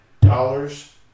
dollars